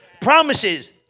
Promises